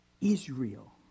Israel